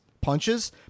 punches